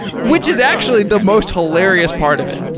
which is actually the most hilarious part of it.